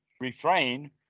refrain